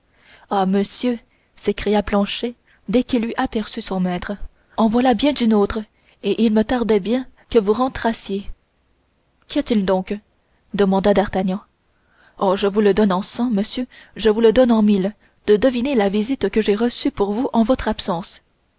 ah monsieur s'écria planchet dès qu'il eut aperçu son maître en voilà bien d'une autre et il me tardait bien que vous rentrassiez qu'y a-t-il donc demanda d'artagnan oh je vous le donne en cent monsieur je vous le donne en mille de deviner la visite que j'ai reçue pour vous en votre absence